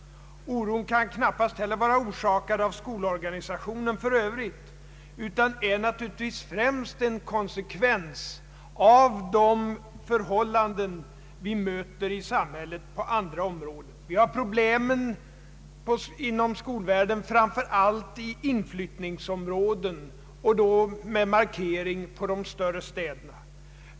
Oron kan knappast heller vara orsakad av skolorganisationen för övrigt utan är naturligtvis främst en konsekvens av de förhållanden vi möter i samhället på andra områden. Vi har problem inom skolvärlden framför allt i inflyttningsområden och då med markering på de större städerna.